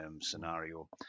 scenario